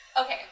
Okay